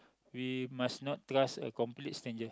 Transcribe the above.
we must not trust a complete stranger